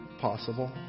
possible